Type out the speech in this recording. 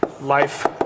life